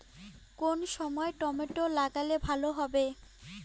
কোন সময় টমেটো লাগালে ভালো হবে?